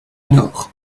nord